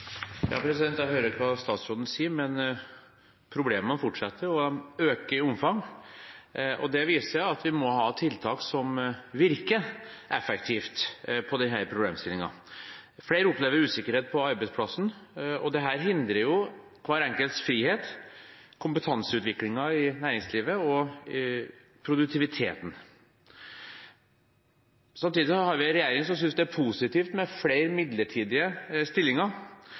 Jeg hører hva statsråden sier, men problemene fortsetter å øke i omfang. Det viser at vi må ha tiltak som virker effektivt på denne problemstillingen. Flere opplever usikkerhet på arbeidsplassen, og dette hindrer friheten til hver enkelt, kompetanseutviklingen i næringslivet og produktiviteten. Samtidig har vi en regjering som synes det er positivt med flere midlertidige stillinger,